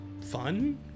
fun